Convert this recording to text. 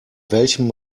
welchem